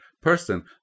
person